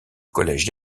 collège